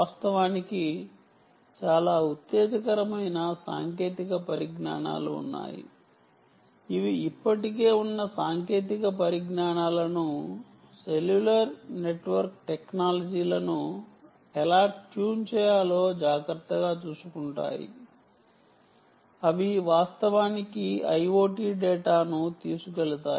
వాస్తవానికి చాలా ఉత్తేజకరమైన సాంకేతిక పరిజ్ఞానాలు ఉన్నాయి ఇవి ఇప్పటికే ఉన్న సాంకేతిక పరిజ్ఞానాలను సెల్యులార్ నెట్వర్క్ టెక్నాలజీలను ఎలా ట్యూన్ చేయాలో జాగ్రత్తగా చూసుకుంటాయి అవి వాస్తవానికి IoT డేటాను తీసుకువెళతాయి